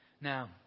Now